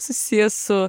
susijęs su